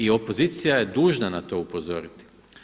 I opozicija je dužna na to upozoriti.